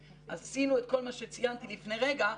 אז עשינו את כל מה שציינתי לפני רגע,